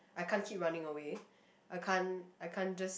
I can't keep running away I can't I can't just